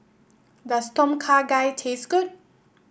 does Tom Kha Gai taste good